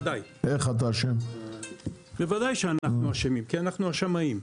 בוודאי שאנחנו אשמים, כי אנחנו השמאים.